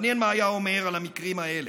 מעניין מה היה אומר על המקרים האלה.